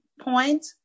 point